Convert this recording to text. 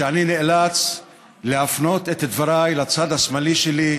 שאני נאלץ להפנות את דבריי לצד השמאלי שלי,